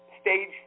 Stage